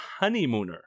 Honeymooner